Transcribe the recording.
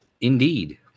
Indeed